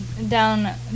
Down